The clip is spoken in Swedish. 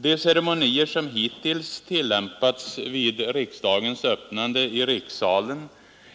De ceremonier som hittills tillämpats vid riksdagens öppnande i rikssalen